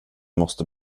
måste